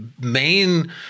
main